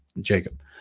Jacob